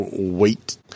Wait